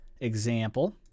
example